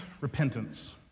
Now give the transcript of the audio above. repentance